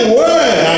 word